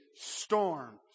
storms